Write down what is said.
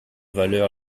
valeur